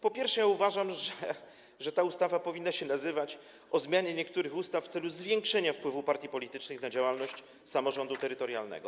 Po pierwsze, uważam, że ta ustawa powinna mieć tytuł: o zmianie niektórych ustaw w celu zwiększenia wpływu partii politycznych na działalność samorządu terytorialnego.